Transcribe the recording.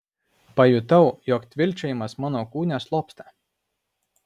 pajutau jog tvilkčiojimas mano kūne slopsta